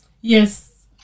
Yes